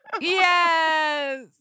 Yes